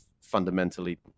fundamentally